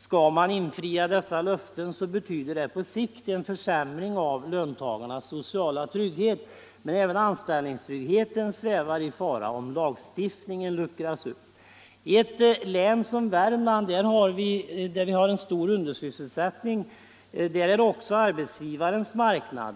Skall man infria dessa löften betyder det på sikt en försämring av löntagarnas sociala trygghet, men även anställningstryggheten svävar i fara om lagstiftningen luckras upp. I ett län som Värmland, där vi har en stor undersysselsättning. är det också arbetsgivarens marknad.